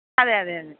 അതെ അതെ അതെ